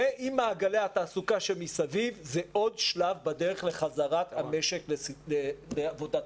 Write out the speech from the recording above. ועם מעגלי התעסוקה שמסביב זה עוד שלב בדרך לחזרת המשק לעבודה תקינה.